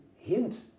hint